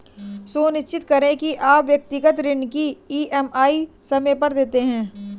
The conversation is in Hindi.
सुनिश्चित करें की आप व्यक्तिगत ऋण की ई.एम.आई समय पर देते हैं